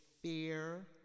fear